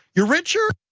you're richer?